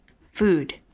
food